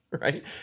right